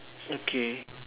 okay